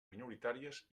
minoritàries